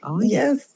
yes